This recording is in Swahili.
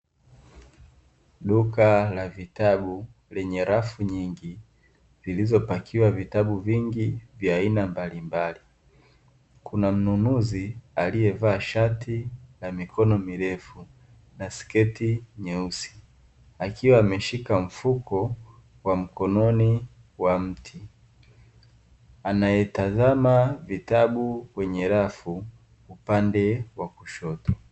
Duka la vitabu lenye rafu nyingi zilizopakiwa vitabu vingi vya aina mbalimbali, kuna mnunuzi aliyevaa shati la mikono mirefu na sketi nyeusi akiwa ameshika mfuko wa mkononi wa mti, anayetazama vitabu kwenye rafu upande wa kushoto.